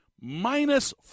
minus